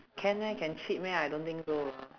can meh can cheat meh I don't think so ah